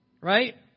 Right